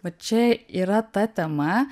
va čia yra ta tema